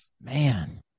Man